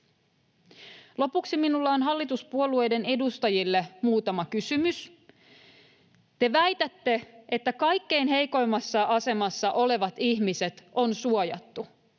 Lopuksi minulla on hallituspuolueiden edustajille muutama kysymys. Te väitätte, että kaikkein heikoimmassa asemassa olevat ihmiset on suojattu,